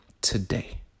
today